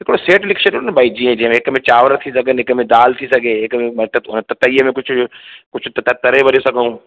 हिकिड़ो सैट लिखी छॾियो न भाई जीअं जंहिंमें हिकु में चांवर थी सघनि हिकु में दालि थी सघे हिकु में त तईअ में कुझु कुझु तरे वरे सघूं